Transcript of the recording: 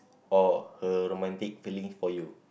or her romantic feelings for you